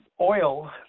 oil